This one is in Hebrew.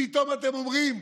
פתאום אתם אומרים: